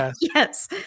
Yes